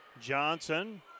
Johnson